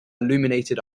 illuminated